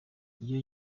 iyo